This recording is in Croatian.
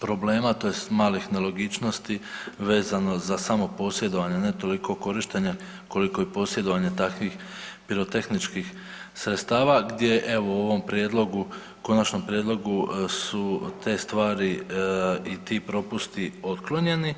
problema tj. malih nelogičnosti vezano za samo posjedovanje ne toliko korištenje koliko i posjedovanje takvih pirotehničkih sredstava gdje evo u ovom prijedlogu, konačnom prijedlogu su te stvari i ti propusti otklonjeni.